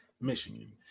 Michigan